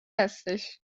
هستش